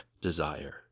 desire